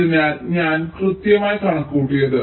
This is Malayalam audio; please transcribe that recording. അതിനാൽ ഞാൻ കൃത്യമായി കണക്കുകൂട്ടിയത്